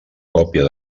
còpia